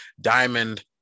diamond